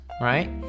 right